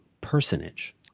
personage